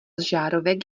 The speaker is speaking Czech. žárovek